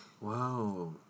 Wow